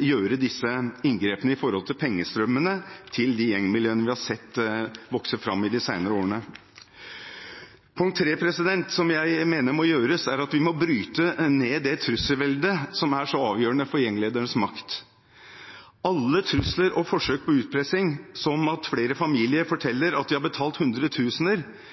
gjøre disse inngrepene i pengestrømmene til de gjengmiljøene vi har sett vokse fram de senere årene. Punkt tre, som jeg mener må gjøres, er at vi må bryte ned det trusselveldet som er så avgjørende for gjengledernes makt. Alle trusler og forsøk på utpressing – som når flere familier